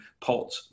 pot